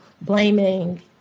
blaming